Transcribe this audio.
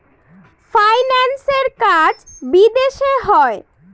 ফাইন্যান্সের কাজ বিদেশে হয়